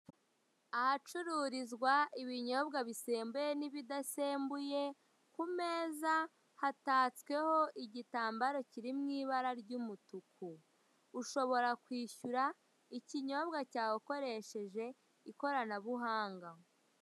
Ahacururizwa ibinyobwa bisembuye n'ibidasembuye, ku meza hatatsweho igitambaro kiri mu ibara ry'umutuku, ushobora kwishyura ikinyobwa cyawe ukoresheje ikoranabuhanga.